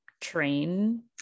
train